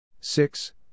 Six